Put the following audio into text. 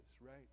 right